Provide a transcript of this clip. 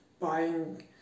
buying